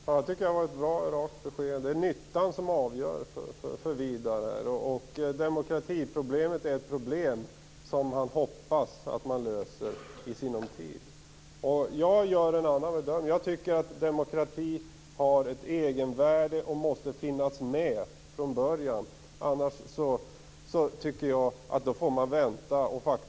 Herr talman! Det var ett bra och rakt besked. Det är alltså nyttan som är avgörande för Widar Andersson. Demokratiproblemet hoppas han skall bli löst i sinom tid. Jag gör en annan bedömning. Jag tycker nämligen att demokratin har ett egenvärde och att den måste finnas med från början; annars får man vänta, tycker jag.